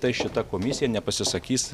tai šita komisija nepasisakys